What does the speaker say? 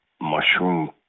mushroom